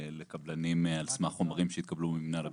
לקבלנים על סמך חומרים שהתקבלו ממנהל הבטיחות,